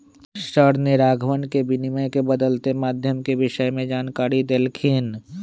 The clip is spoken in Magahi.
सर ने राघवन के विनिमय के बदलते माध्यम के विषय में जानकारी देल खिन